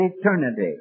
eternity